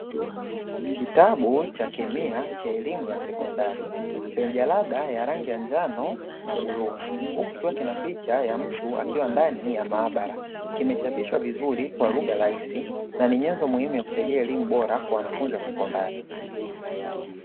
Kitabu cha kemia cha elimu ya sekondari chenye jalada la rangi ya njano na bluu, huku kikiwa na picha ya mtu akiwa ndani ya maabara. Kimechapishwa vizuri kwa lugha rahisi na hii ni nyenzo muhimu ya kusaidia elimu bora kwa wanafunzi wa sekondari.